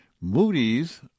Moody's